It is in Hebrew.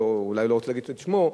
שאולי לא רוצה להגיד את שמו,